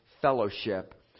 fellowship